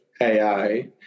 ai